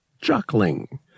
chuckling